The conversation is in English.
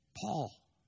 Paul